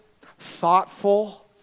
thoughtful